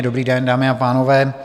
Dobrý den, dámy a pánové.